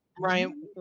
Ryan